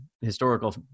historical